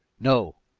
no!